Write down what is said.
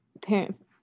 parent